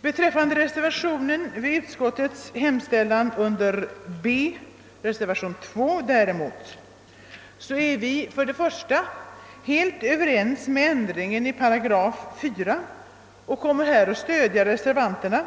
Beträffande den vid utskottets hemställan under B angivna reservationen II vill jag däremot säga att vi är med reservanterna om ändringen av 48 och kommer alltså att stödja reservationen.